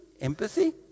empathy